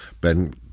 ben